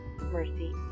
mercy